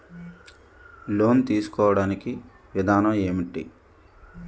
Loan తీసుకోడానికి విధానం ఏంటి?